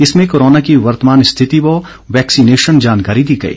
इसमें कोरोना की वर्तमान स्थिति व वैक्सीनेशन जानकारी दी गई